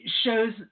shows